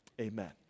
amen